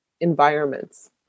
environments